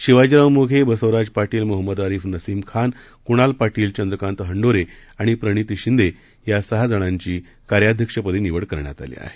शिवाजीराव मोघे बसवराज पाटील मोहम्मद आरिफ नसीम खान कुणाल पाटील चंद्रकांत हंडोरे आणि प्रणिती शिंदे या सहा जणांची कार्याध्यक्षपदी निवड करण्यात आली आहे